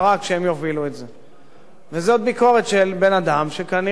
וזאת ביקורת של בן-אדם שכנראה ראה דבר וחצי בחייו,